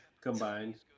Combined